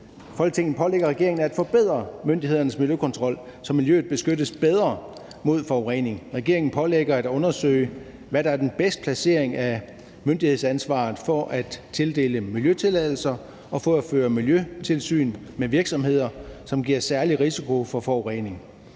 »Folketinget pålægger regeringen at forbedre myndighedernes miljøkontrol, så miljøet beskyttes bedre mod forurening. Regeringen pålægges at undersøge, hvor det er bedst at placere myndighedsansvaret for at tildele miljøtilladelser og for at føre miljøtilsyn med virksomheder, som giver særlig risiko for forurening.